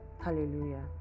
Hallelujah